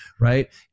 Right